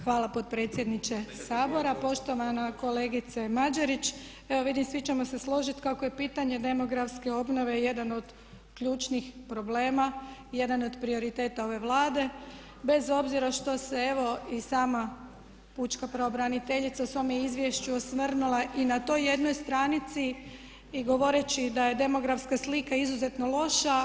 Hvala potpredsjedniče Sabora, poštovana kolegice Mađerić evo svi ćemo se složiti kako je pitanje demografske obnove jedan od ključnih problema, jedan od prioriteta ove Vlade bez obzira što se evo i sama pučka pravobraniteljica u svome izvješću osvrnula i na toj jednoj stranici govoreći da je demografska slika izuzetno loša.